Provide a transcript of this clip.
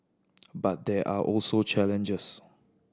but there are also challenges